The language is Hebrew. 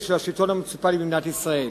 של השלטון המוניציפלי במדינת ישראל.